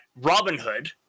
Robinhood